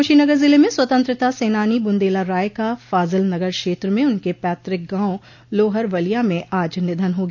कुशीनगर जिले में स्वतंत्रता सेनानी बुन्देला राय का फाजिलनगर क्षेत्र में उनके पैतृक गांव लोहरवलिया में आज निधन हो गया